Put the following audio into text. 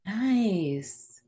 Nice